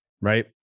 right